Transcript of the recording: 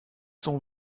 sont